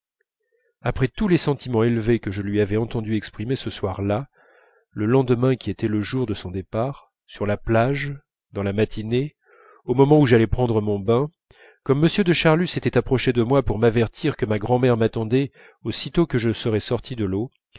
après tous les sentiments élevés que je lui avais entendu exprimer ce soir-là le lendemain qui était jour de son départ sur la plage dans la matinée au moment où j'allais prendre mon bain comme m de charlus s'était approché de moi pour m'avertir que ma grand'mère m'attendait aussitôt que je serais sorti de l'eau